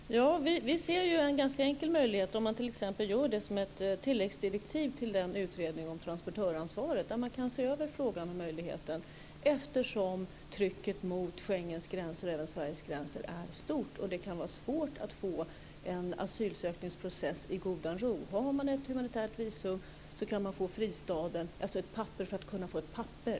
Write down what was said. Fru talman! Vi ser en ganska enkel möjlighet. Man kan t.ex. ge ett tilläggsdirektiv till utredningen om transportöransvaret, där man kan se över frågan, eftersom trycket mot Schengens gränser och även Sveriges gränser är stort. Det kan vara svårt att få en asylsökningsprocess i godan ro. Har man ett humanitärt visum kan man få en fristad. Det gäller ett papper för att kunna få ett papper.